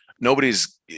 nobody's